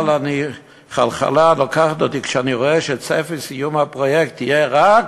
אבל חלחלה תופסת אותי כשאני רואה שצפי סיום הפרויקט הוא רק